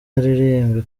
aririmbe